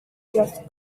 just